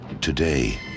Today